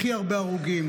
הכי הרבה הרוגים,